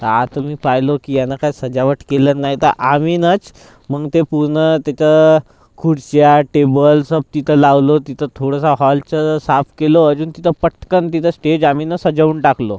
आता मी पाहिलो की यानं काय सजावट केलं नाही त आम्हीनंच मग ते पूर्ण तिथं खुर्च्या टेबल सब तिथं लावलो तिथं थोडंसं हॉलचं साफ केलो अजून तिथं पटकन तिथं स्टेज आम्ही न सजवून टाकलो